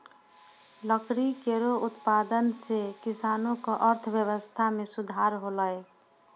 लकड़ी केरो उत्पादन सें किसानो क अर्थव्यवस्था में सुधार हौलय